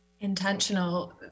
Intentional